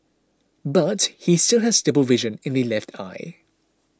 but he still has double vision in the left eye